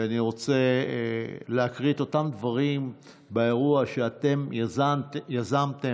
ואני רוצה להקריא את אותם דברים מהאירוע שאתם יזמתם,